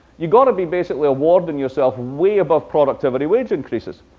you've got to be basically awarding yourself way above productivity wage increases.